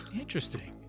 Interesting